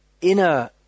inner